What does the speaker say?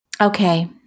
Okay